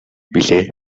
билээ